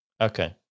Okay